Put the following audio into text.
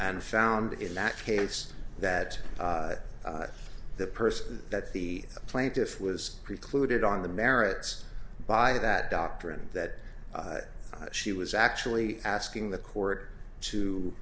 and found in that case that that person that the plaintiff was precluded on the merits by that doctrine that she was actually asking the court to